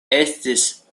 estis